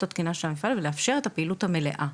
התקינה של המפעל ולאפשר את הפעילות המלאה.